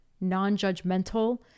non-judgmental